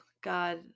God